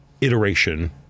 iteration